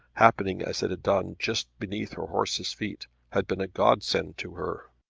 happening as it had done just beneath her horse's feet, had been a godsend to her.